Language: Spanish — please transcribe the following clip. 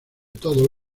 todos